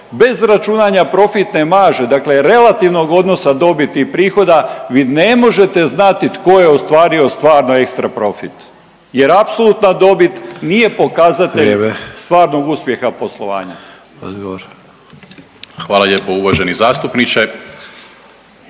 bez računanja profitne marže, dakle relativnog odnosa dobiti i prihoda, vi ne možete znati tko je ostvario stvarno ekstraprofit jer apsolutna dobit nije pokazatelj .../Upadica: Vrijeme./... stvarnog